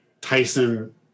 Tyson